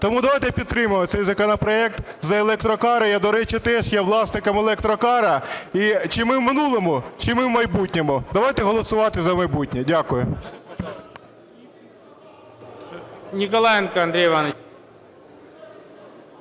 Тому давайте підтримаємо цей законопроект. За електрокари, я, до речі, теж є власником електрокара. І чи ми в минулому, чи ми в майбутньому? Давайте голосувати за майбутнє. Дякую.